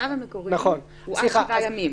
הצו המקורי הוא עד שבעה ימים.